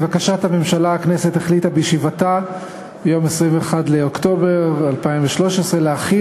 לבקשת הממשלה החליטה הכנסת בישיבתה ביום 21 באוקטובר 2013 להחיל